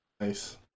nice